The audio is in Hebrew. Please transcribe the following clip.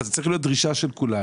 אבל זו צריכה להיות דרישה של כולנו,